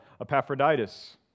Epaphroditus